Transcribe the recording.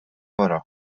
wara